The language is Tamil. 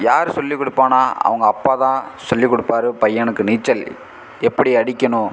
யார் சொல்லிக் கொடுப்பான்னா அவங்க அப்பா தான் சொல்லிக் கொடுப்பாரு பையனுக்கு நீச்சல் எப்படி அடிக்கணும்